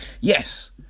yes